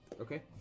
Okay